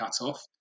cutoff